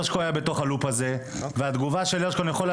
הרשקו היה בתוך הלופ הזה והתגובה של הרשקו,